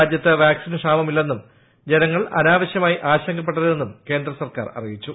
രാജൃത്ത് വാക്സിന് ക്ഷാമമില്ലെന്നും ജനങ്ങൾ അനാവശ്യമായി ആശങ്കപ്പെടരുതെന്നും കേന്ദ്ര സർക്കാർ അറിയിച്ചു